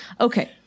Okay